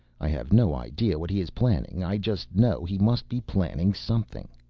i have no idea what he is planning. i just know he must be planning something.